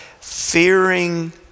fearing